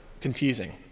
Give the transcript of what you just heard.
confusing